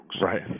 Right